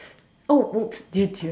oh oh dear dear